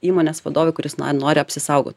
įmonės vadovui kuris na nori apsisaugot